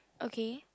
okay